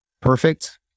perfect